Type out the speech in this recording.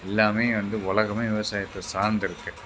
எல்லாமே வந்து உலகமே விவசாயத்தை சார்ந்திருக்கு